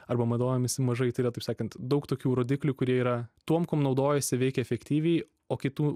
arba madojamis mažai tai yra taip sakant daug tokių rodiklių kurie yra tuom kuom naudojosi veikė efektyviai o kitų